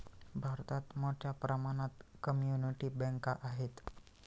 भारतात मोठ्या प्रमाणात कम्युनिटी बँका आहेत